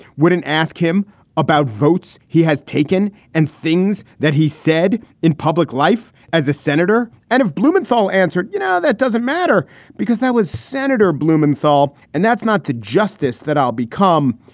wouldn't ask him about votes? he has taken and things that he said in public life as a senator? and if blumenthal answered, you know, that doesn't matter because that was senator blumenthal. and that's not the justice that i'll become.